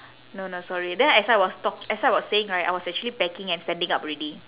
no no sorry then as I was talk~ as I was saying right I was actually packing and standing up already